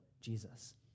jesus